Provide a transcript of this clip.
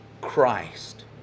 Christ